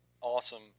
Awesome